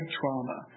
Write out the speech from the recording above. trauma